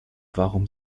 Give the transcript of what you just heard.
warum